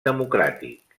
democràtic